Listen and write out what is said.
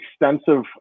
extensive